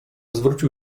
zwrócił